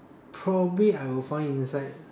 probably I will find inside